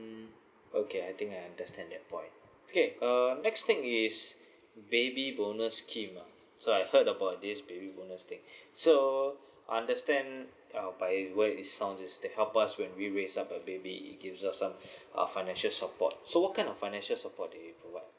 mm okay I think I understand that point okay uh next thing is baby bonus scheme ah so I heard about this baby bonus thing so I understand uh by it's word where it sounds is that help us when we raise up a baby it gives us uh some financial support so what kind of financial support they provide